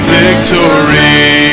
victory